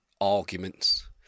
arguments